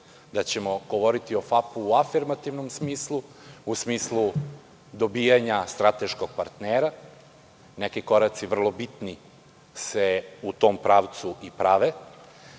da ćemo govoriti o JAT u afirmativnom smislu, u smislu dobijanja strateškog partnera. Neki koraci vrlo bitni se u tom pravcu i prave. Ne